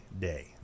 day